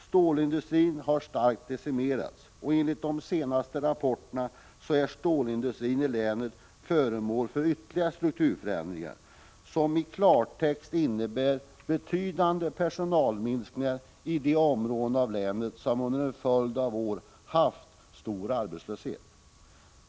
Stålindustrin har starkt decimerats, och enligt de senaste rapporterna är stålindustrin i länet föremål för ytterligare strukturförändringar, som i klartext innebär betydande personalminskningar i de områden av länet som under en följd av år haft stor arbetslöshet.